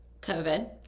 COVID